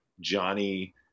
Johnny